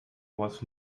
was